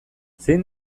zein